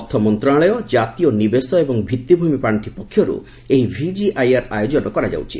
ଅର୍ଥ ମନ୍ତ୍ରଣାଳୟ ଜାତୀୟ ନିବେଶ ଏବଂ ଭିତ୍ତିଭୂମି ପାଖି ପକ୍ଷରୁ ଏହି ଭିଜିଆଇଆର୍ ଆୟୋଜନ କରାଯାଉଛି